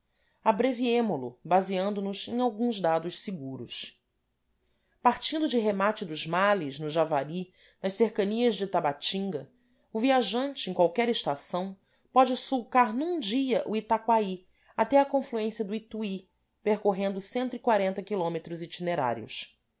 abreviemolo baseando nos em alguns dados seguros partindo de remate dos males no javari nas cercanias de tabatinga o viajante em qualquer estação pode sulcar num dia o itacoaí até a confluência do ituí percorrendo quilômetro itinerários